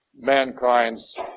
mankind's